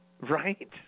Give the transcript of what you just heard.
Right